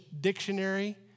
Dictionary